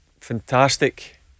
fantastic